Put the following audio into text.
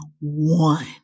one